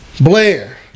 Blair